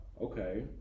okay